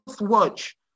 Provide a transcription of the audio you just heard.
watch